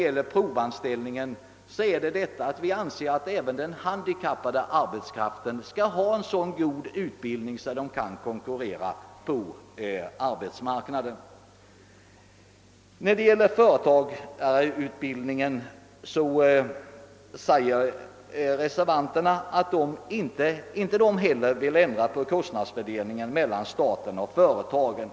Vad provanställningen beträffar anser vi att även den handikappade arbetskraften skall ha så god utbildning att den kan konkurrera på arbetsmarknaden. Vad gäller företagsutbildningen säger Sig reservanterna inte vilja ändra kostnadsfördelningen mellan staten och företagen.